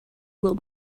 will